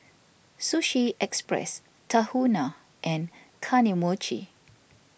Sushi Express Tahuna and Kane Mochi